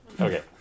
Okay